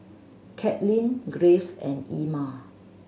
Katlin Graves and Emma